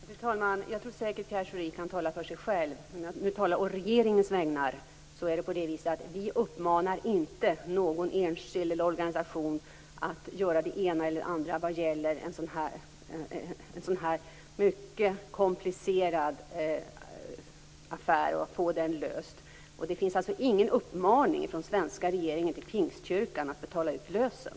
Fru talman! Jag tror säkert att Pierre Schori kan tala för sig själv. Jag talar å regeringens vägnar, och vi uppmanar inte någon enskild eller organisation att göra det ena eller det andra när det gäller att lösa en sådan här mycket komplicerad affär. Det finns alltså ingen uppmaning från svenska regeringen till Pingstkyrkan att betala ut lösen.